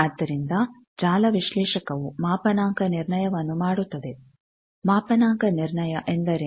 ಆದ್ದರಿಂದ ಜಾಲ ವಿಶ್ಲೇಷಕವು ಮಾಪನಾಂಕ ನಿರ್ಣಯವನ್ನು ಮಾಡುತ್ತದೆ ಮಾಪನಾಂಕ ನಿರ್ಣಯ ಎಂದರೇನು